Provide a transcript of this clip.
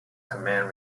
command